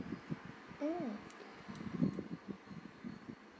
mm